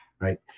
right